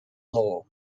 law